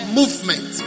movement